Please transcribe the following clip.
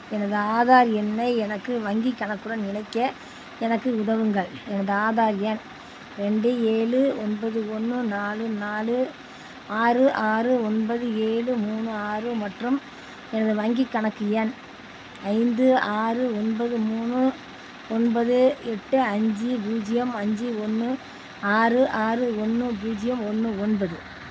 எனது ஆதார் எண்ணை எனக்கு வங்கிக் கணக்குடன் இணைக்க எனக்கு உதவுங்கள் எனது ஆதார் எண் ரெண்டு ஏழு ஒன்பது ஒன்று நாலு நாலு ஆறு ஆறு ஒன்பது ஏழு மூணு ஆறு மற்றும் எனது வங்கிக் கணக்கு எண் ஐந்து ஆறு ஒன்பது மூணு ஒன்பது எட்டு அஞ்சு பூஜ்ஜியம் அஞ்சு ஒன்று ஆறு ஆறு ஒன்று பூஜ்ஜியம் ஒன்று ஒன்பது